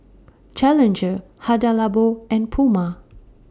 Challenger Hada Labo and Puma